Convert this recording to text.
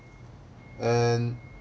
and